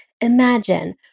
imagine